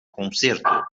concerto